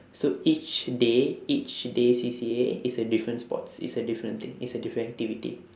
so each day each day C_C_A is a different sports is a different thing is a different activity